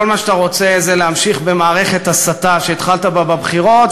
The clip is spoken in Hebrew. כל מה שאתה רוצה זה להמשיך במערכת הסתה שהתחלת בה בבחירות,